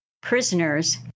prisoners